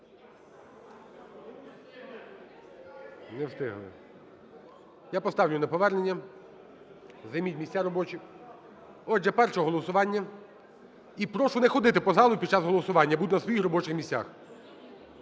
Не встигли. Я поставлю на повернення. Займіть місця робочі. Отже, перше голосування. І прошу не ходити по залу під час голосування, а бути на своїх робочих місцях.